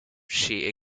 she